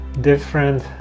different